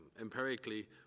Empirically